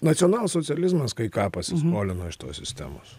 nacionalsocializmas kai ką pasiskolino iš tos sistemos